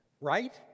Right